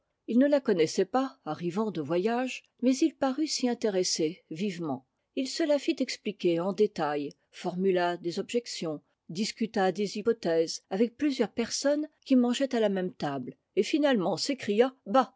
il ne la connaissait pas arrivant de voyage mais il parut s'y intéresser vivement il se la fit expliquer en détail formula des objections discuta des hypothèses avec plusieurs personnes qui mangeaient à la même table et finalement s'écria bah